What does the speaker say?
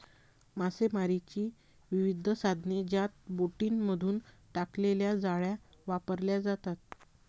मासेमारीची विविध साधने ज्यात बोटींमधून टाकलेल्या जाळ्या वापरल्या जातात